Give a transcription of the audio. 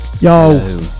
yo